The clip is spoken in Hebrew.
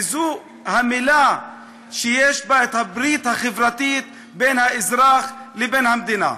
וזו המילה שיש בה הברית החברתית בין האזרח לבין המדינה.